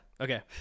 Okay